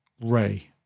Ray